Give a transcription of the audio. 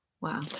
Wow